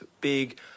big